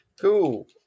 Cool